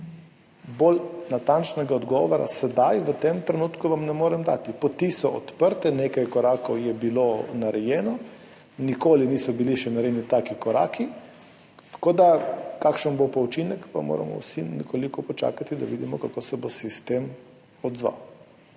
Bolj natančnega odgovora vam sedaj v tem trenutku ne morem dati. Poti so odprte, nekaj korakov je bilo narejenih, nikoli še niso bili narejeni taki koraki, tako da kakšen bo pa učinek, pa moramo vsi nekoliko počakati, da vidimo, kako se bo sistem odzval.